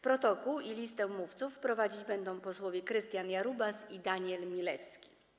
Protokół i listę mówców prowadzić będą posłowie Krystian Jarubas i Daniel Milewski.